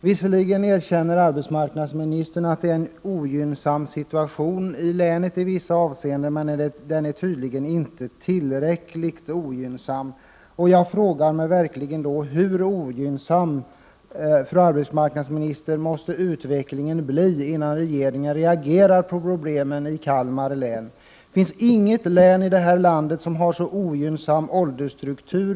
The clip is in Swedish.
Visserligen erkänner arbetsmarknadsministern att det i vissa avseenden är en ogynnsam situation i länet, men den är tydligen inte tillräckligt ogynnsam. Då vill jag fråga: Hur ogynnsam, fru arbetsmarknadsminister, måste utvecklingen bli, innan regeringen reagerar på problemen i Kalmar län? Det finns inget län i det här landet som har en sådan ogynnsam åldersstruktur.